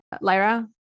Lyra